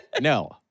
no